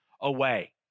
away